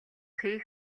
хийх